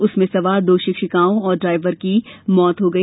उसमें सवार दो शिक्षिकाओं और ड्रायवर की मौत हो गई